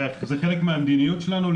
זה חלק מהמדיניות שלנו,